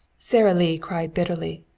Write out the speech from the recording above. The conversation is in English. sara lee cried bitterly.